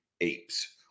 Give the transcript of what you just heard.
apes